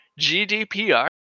gdpr